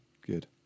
good